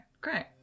Great